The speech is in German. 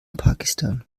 pakistan